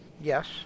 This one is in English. Yes